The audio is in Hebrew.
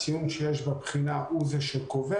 הציון שיש בבחינה הוא זה שקובע.